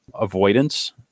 avoidance